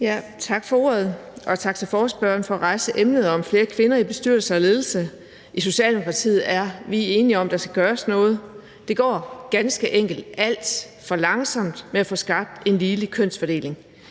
Tak for ordet. Og tak til forespørgerne for at rejse emnet om flere kvinder i bestyrelser og ledelser. I Socialdemokratiet er vi enige i, at der skal gøres noget. Det går ganske enkelt alt for langsomt med at få skabt en ligelig kønsfordeling.